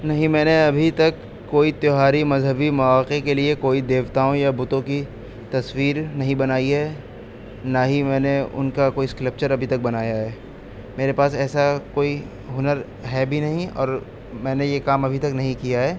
نہیں میں نے ابھی تک کوئی تہواری مذہبی مواقع کے لیے کوئی دیوتاؤں یا بتوں کی تصویر نہیں بنائی ہے نہ ہی میں نے ان کا کوئی اسکلپچر ابھی تک بنایا ہے میرے پاس ایسا کوئی ہنر ہے بھی نہیں اور میں نے یہ کام ابھی تک نہیں کیا ہے